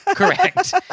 Correct